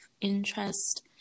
interest